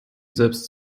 selbst